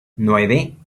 nueve